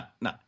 no